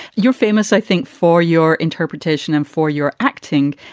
you're famous, i think, for your interpretation and for your acting.